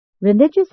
Religious